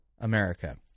America